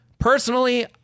Personally